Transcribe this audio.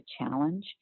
challenge